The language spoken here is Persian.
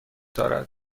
دارد